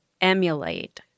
emulate